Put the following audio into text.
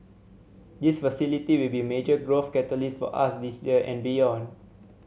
this facility will be major growth catalyst for us this year and beyond